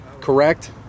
correct